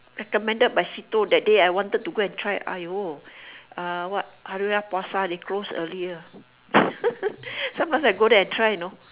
recommended by Sito that day I wanted to go and try !aiyo! uh what hari-raya-puasa they close earlier sometimes I go there and try you know